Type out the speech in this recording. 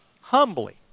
humbly